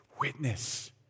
witness